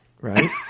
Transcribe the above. right